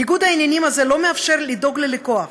ניגוד העניינים הזה לא מאפשר לדאוג ללקוח,